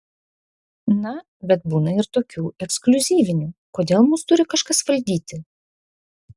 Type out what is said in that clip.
na bet būna ir tokių ekskliuzyvinių kodėl mus turi kažkas valdyti